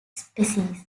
species